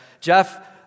Jeff